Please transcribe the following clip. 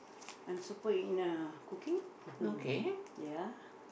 I'm super in uh cooking ya